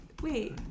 Wait